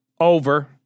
over